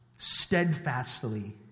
steadfastly